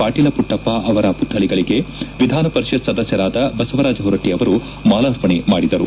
ಪಾಟೀಲ ಪುಟ್ಪಪ್ಪ ಅವರ ಪುತ್ಥಳಗಳಿಗೆ ವಿಧಾನ ಪರಿಷತ್ ಸದ್ಯಸರಾದ ಬಸವರಾಜ ಹೊರಟ್ಟ ಅವರು ಮಾಲಾರ್ಪಣೆ ಮಾಡಿದರು